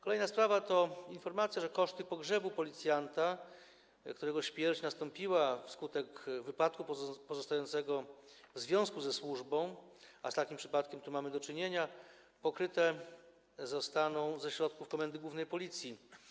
Kolejna sprawa to informacja, że koszty pogrzebu policjanta, którego śmierć nastąpiła wskutek wypadku pozostającego w związku ze służbą, a z takim przypadkiem mamy tu do czynienia, pokryte zostaną ze środków Komendy Głównej Policji.